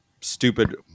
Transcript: stupid